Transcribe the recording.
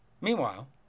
Meanwhile